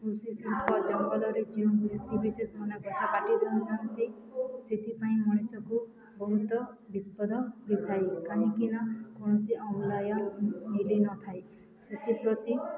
କୃଷି ଶିଳ୍ପ ଜଙ୍ଗଲରେ ଯେଉଁ ବ୍ୟକ୍ତି ବିଶେଷ ମାନେ ଗଛ କାଟି ଦେଉଛନ୍ତି ସେଥିପାଇଁ ମଣିଷକୁ ବହୁତ ବିପଦ ହୋଇଥାଏ କାହିଁକି ନା କୌଣସି ଅନଲାଇନ୍ ମିଳିନଥାଏ ସେଥିପ୍ରତି